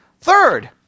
Third